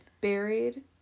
buried